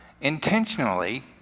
intentionally